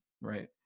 right